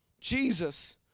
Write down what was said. Jesus